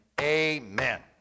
amen